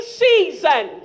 season